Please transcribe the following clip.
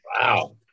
Wow